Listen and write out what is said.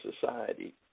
society